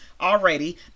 already